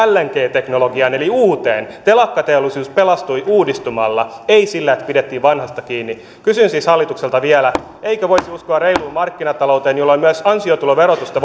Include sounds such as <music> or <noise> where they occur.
teknologiaan eli uuteen telakkateollisuus pelastui uudistumalla ei sillä että pidettiin vanhasta kiinni kysyn siis hallitukselta vielä eikö voisi uskoa reiluun markkinatalouteen jolloin myös ansiotuloverotusta <unintelligible>